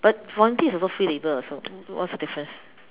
but volunteer is also free labour also so what's the difference